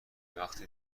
وقتی